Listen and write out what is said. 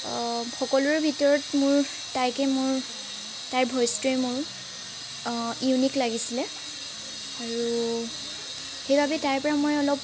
সকলোৰে ভিতৰত মোৰ তাইকে মোৰ তাইৰ ভইচটোৱে মোৰ ইউনিক লাগিছিলে আৰু সেইবাবেই তাইৰপৰা মই অলপ